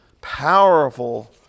powerful